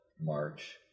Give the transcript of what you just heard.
march